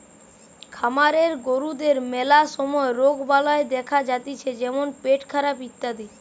খামারের গরুদের ম্যালা সময় রোগবালাই দেখা যাতিছে যেমন পেটখারাপ ইত্যাদি